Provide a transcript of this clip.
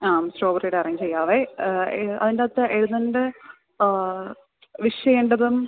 ആ സ്ട്രോബെറീടെ അറേഞ്ച് ചെയ്യാമേ അതിന്റെ അകത്ത് എഴുതണ്ട വിഷ് ചെയ്യേണ്ടതും